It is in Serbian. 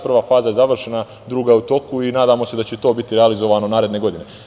Prva faza je završena, druga je u toku i nadamo se da će to biti realizovano naredne godine.